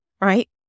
Right